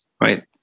right